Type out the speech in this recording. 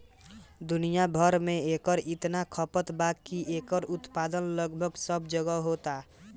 दुनिया भर में एकर इतना खपत बावे की एकर उत्पादन लगभग सब जगहे होता